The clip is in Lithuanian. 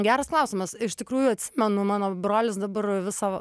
geras klausimas iš tikrųjų mano mano brolis dabar visą